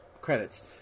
credits